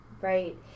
right